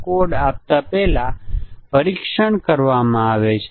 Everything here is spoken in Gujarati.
પ્રોગ્રામર લગભગ સાચા પ્રોગ્રામ લખે છે